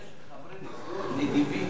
חברי נשיאות נדיבים